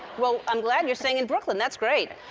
well, i'm glad you're staying in brooklyn. that's great.